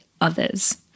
others